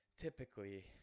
typically